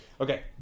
Okay